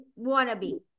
wannabe